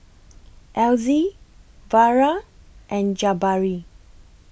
Elzie Vara and Jabari